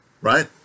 Right